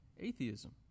atheism